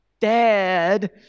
dad